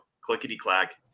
clickety-clack